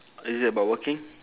is it about working